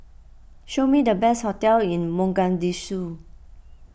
show me the best hotels in Mogadishu